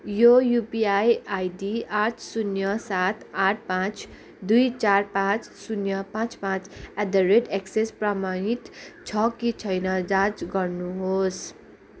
यो UPI ID आठ शून्य सात आठ पाँच दुई चार पाँच शून्य पाँच पाँच एट द रेट एक्सिस प्रमाणित छ कि छैन जाँच गर्नुहोस्